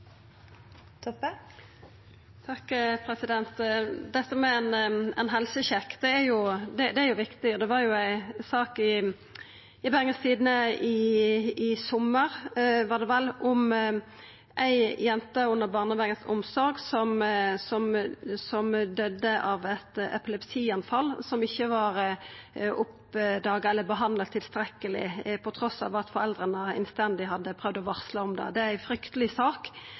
viktig. Det var ei sak i Bergens Tidende – i sommar, var det vel – om ei jente under barnevernets omsorg som døydde av eit epilepsianfall som ikkje var behandla tilstrekkeleg, trass i at foreldra innstendig hadde prøvd å varsla om det. Det er ei frykteleg sak,